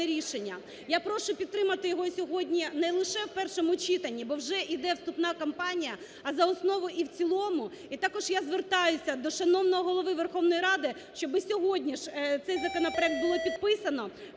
Я прошу підтримати його і сьогодні не лише в першому читанні, бо вже йде вступна кампанії, а за основу і в цілому. І також я звертаюсь до шановного Голови Верховної Ради, щоб сьогодні ж цей законопроект було підписано,